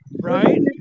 Right